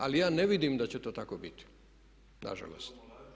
Ali ja ne vidim da će to tako biti, na žalost.